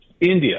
India